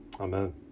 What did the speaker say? Amen